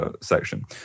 section